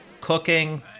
cooking